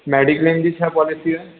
mediclaim जी छा policy आहे